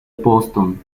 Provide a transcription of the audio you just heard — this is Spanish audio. boston